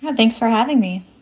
and thanks for having me.